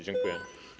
Dziękuję.